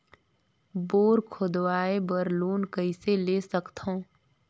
Bore खोदवाय बर loan कइसे ले सकथव?